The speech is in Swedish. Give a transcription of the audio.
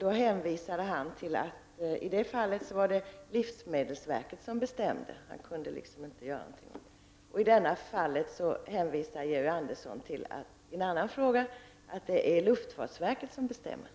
Han hänvisade till att det i det fallet var livsmedelsverket som bestämde. Han kunde inte göra något. I detta fall hänvisar Georg Andersson i en annan fråga till att det är luftfartsverket som bestämmer.